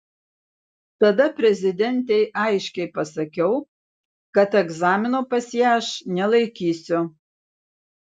tada prezidentei aiškiai pasakiau kad egzamino pas ją aš nelaikysiu